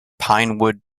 pinewood